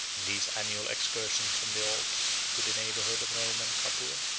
in these annual excursions from the alps to the neighborhood of rome and capua,